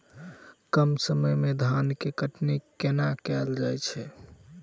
कम समय मे धान केँ कटनी कोना कैल जाय छै?